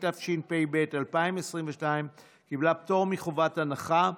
התשפ"ב 2022. קיבלה פטור מחובת הנחה.